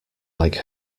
like